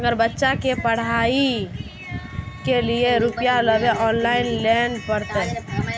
अगर बच्चा के पढ़ाई के लिये रुपया लेबे ते ऑनलाइन लेल पड़ते?